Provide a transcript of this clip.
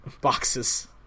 boxes